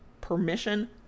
permission